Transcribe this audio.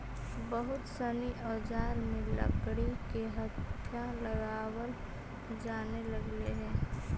बहुत सनी औजार में लकड़ी के हत्था लगावल जानए लगले हई